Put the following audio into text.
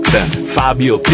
Fabio